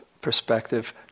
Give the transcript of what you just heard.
perspective